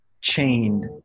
chained